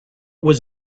was